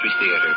Theater